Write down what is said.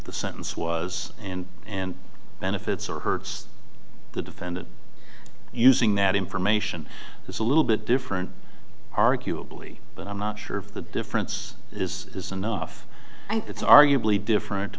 the sentence was and and benefits or hurts the defendant using that information is a little bit different arguably but i'm not sure if the difference is enough it's arguably different